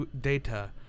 data